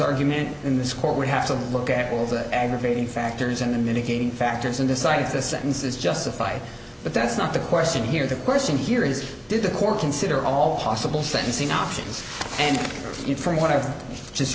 argument in this court we have to look at all the aggravating factors and the mitigating factors and decide if the sentence is justified but that's not the question here the question here is did the court consider all possible sentencing options and you from what i've just